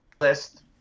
list